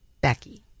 Becky